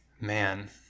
man